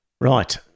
Right